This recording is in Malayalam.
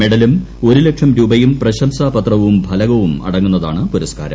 മെഡലും ഒരു ലക്ഷം രൂപയും പ്രശംസാപത്രവും ഫല്ലങ്ക്പൂർ അടങ്ങുന്നതാണ് പുരസ്ക്കാരം